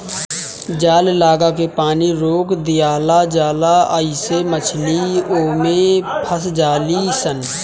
जाल लागा के पानी रोक दियाला जाला आइसे मछली ओमे फस जाली सन